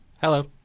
Hello